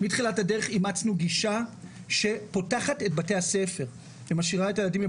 מתחילת הדרך אימצנו גישה שפותחת את בתי הספר ומשאירה את הילדים ללמוד